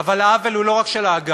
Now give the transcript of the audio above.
אבל העוול הוא לא רק של האגף,